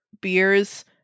beers